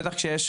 בטח שיש,